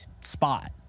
spot